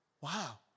wow